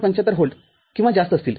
७५ volt किंवा जास्त असतील